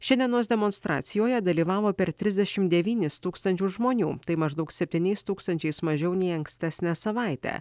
šiandienos demonstracijoje dalyvavo per trisdešim devynis tūkstančius žmonių tai maždaug septyniais tūkstančiais mažiau nei ankstesnę savaitę